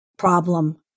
problem